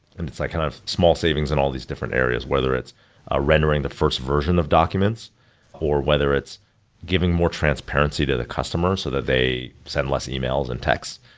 and it's like kind of small savings and all these different areas, whether it's ah rendering the first version of documents or whether it's giving more transparency transparency to the customer so that they send less emails and texts,